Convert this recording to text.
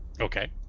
Okay